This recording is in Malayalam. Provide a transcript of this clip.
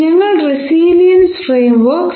ഞങ്ങൾ റെസീലിയെൻസ് ഫ്രെയിംവർക് resilience framework